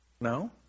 No